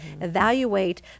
Evaluate